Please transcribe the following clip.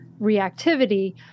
reactivity